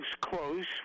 close